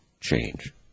change